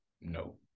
no